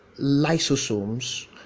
lysosomes